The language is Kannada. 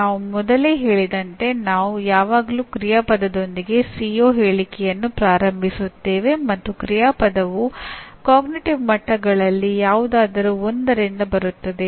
ನಾವು ಮೊದಲೇ ಹೇಳಿದಂತೆ ನಾವು ಯಾವಾಗಲೂ ಕ್ರಿಯಾಪದದೊಂದಿಗೆ ಸಿಒ ಹೇಳಿಕೆಯನ್ನು ಪ್ರಾರಂಭಿಸುತ್ತೇವೆ ಮತ್ತು ಕ್ರಿಯಾಪದವು ಅರಿವಿನ ಮಟ್ಟಗಳಲ್ಲಿ ಯಾವುದಾದರೂ ಒಂದರಿಂದ ಬರುತ್ತದೆ